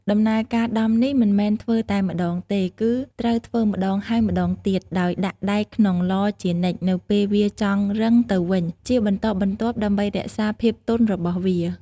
ដំណើរការដំនេះមិនមែនធ្វើតែម្តងទេ គឺត្រូវធ្វើម្ដងហើយម្តងទៀត ដោយដាក់ដែកក្នុងឡជានិច្ចនៅពេលវាចង់រឹងទៅវិញ ជាបន្តបន្ទាប់ដើម្បីរក្សាភាពទន់របស់វា។